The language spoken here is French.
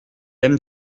aime